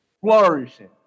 flourishing